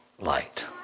light